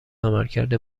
عملکرد